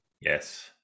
Yes